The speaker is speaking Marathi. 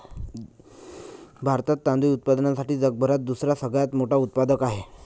भारतात तांदूळ उत्पादनासाठी जगभरात दुसरा सगळ्यात मोठा उत्पादक आहे